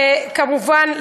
כמובן,